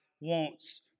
wants